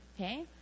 Okay